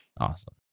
Awesome